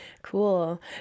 Cool